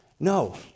No